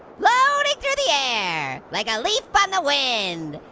floating through the air. like a leaf but on the wind.